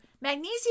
Magnesium